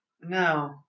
No